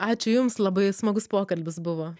ačiū jums labai smagus pokalbis buvo